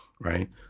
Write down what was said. right